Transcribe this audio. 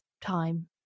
time